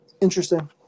Interesting